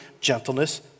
gentleness